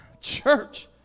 church